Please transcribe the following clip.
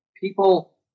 people